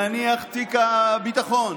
נניח תיק הביטחון,